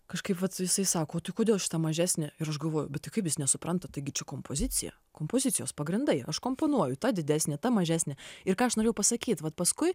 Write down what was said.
kažkaip vat jisai sako tai kodėl šita mažesnė ir aš galvoju kaip jis nesupranta taigi čia kompozicija kompozicijos pagrindai aš komponuoju ta didesnė ta mažesnė ir ką aš norėjau pasakyt vat paskui